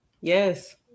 Yes